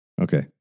okay